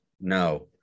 no